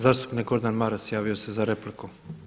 Zastupnik Gordan Maras javio se za repliku.